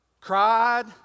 cried